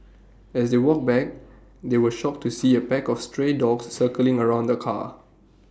as they walked back they were shocked to see A pack of stray dogs circling around the car